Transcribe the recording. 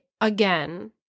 again